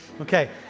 Okay